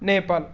Nepal